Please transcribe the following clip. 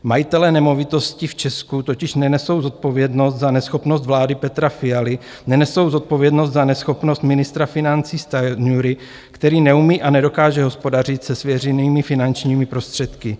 Majitelé nemovitostí v Česku totiž nenesou zodpovědnost za neschopnost vlády Petra Fialy, nenesou zodpovědnost za neschopnost ministra financí Stanjury, který neumí a nedokáže hospodařit se svěřenými finančními prostředky.